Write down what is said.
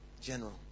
General